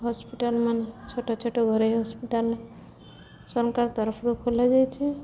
ହସ୍ପିଟାଲ୍ମାନେ ଛୋଟ ଛୋଟ ଘରୋଇ ହସ୍ପିଟାଲ୍ ସରକାର ତରଫରୁ ଖୋଲାଯାଇଛିି